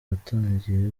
batangiye